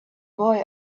boy